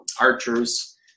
Archers